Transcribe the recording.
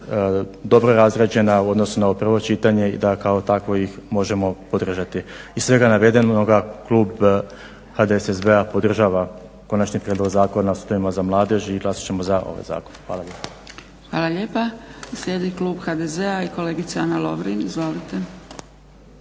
dobro razrađena u odnosu na ovo prvo čitanje i da kao takvo ih možemo podržati. Iz svega navedenoga klub HDSSB-a podržava Konačni prijedlog Zakona o sudovima za mladež i glasat ćemo za ovaj zakon. Hvala lijepa. **Zgrebec, Dragica (SDP)** Hvala lijepa. Slijedi klub HDZ-a i kolegica Ana Lovrin. Izvolite.